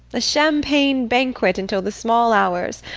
a champagne banquet until the small hours.